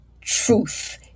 truth